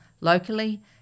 locally